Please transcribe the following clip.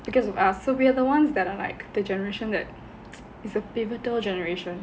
because we are so we are the ones that are like the generation that is a pivotal generation